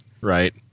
right